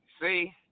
See